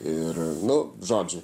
ir nu žodžiu